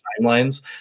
timelines